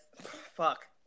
Fuck